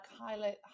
highlight